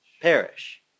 perish